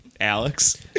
Alex